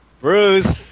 Bruce